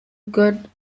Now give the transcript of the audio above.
good